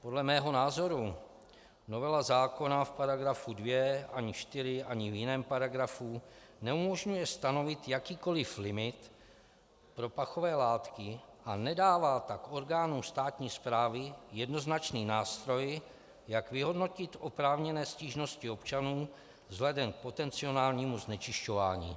Podle mého názoru novela zákona v § 2 ani 4 ani v jiném paragrafu neumožňuje stanovit jakýkoliv limit pro pachové látky a nedává tak orgánům státní správy jednoznačný nástroj, jak vyhodnotit oprávněné stížnosti občanů vzhledem k potenciálnímu znečišťování.